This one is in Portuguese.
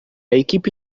equipe